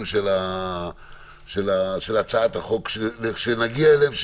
של הצעת החוק כדי שהם יהיו מלוטשים היטב כשנגיע אליהם.